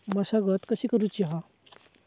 मशागत कशी करूची हा?